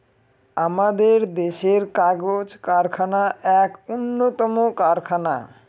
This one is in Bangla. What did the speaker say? আমাদের দেশের কাগজ কারখানা এক উন্নতম কারখানা